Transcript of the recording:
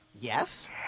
Yes